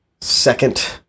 second